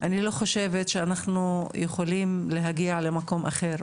אני לא חושבת שאנחנו יכולים להגיע למקום אחר.